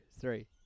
three